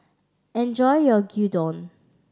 enjoy your Gyudon